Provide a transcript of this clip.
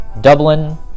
Dublin